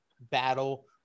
battle